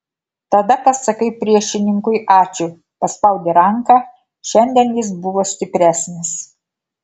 tada pasakai priešininkui ačiū paspaudi ranką šiandien jis buvo stipresnis